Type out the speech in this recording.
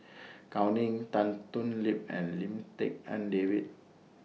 Gao Ning Tan Thoon Lip and Lim Tik En David